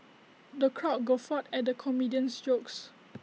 the crowd guffawed at the comedian's jokes